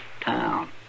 town